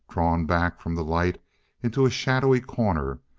drawn back from the light into a shadowy corner,